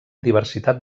diversitat